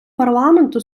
парламенту